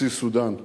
נשיא סודן,